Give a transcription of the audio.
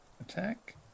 attack